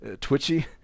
twitchy